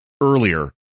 earlier